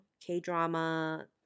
K-drama